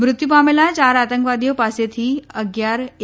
મૃત્યુ પામેલાં યાર આતંકવાદીઓ પાસેથી અગિયાર એ